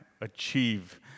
achieve